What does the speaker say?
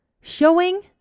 showing